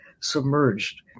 submerged